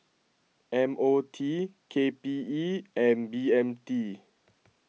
M O T K P E and B M T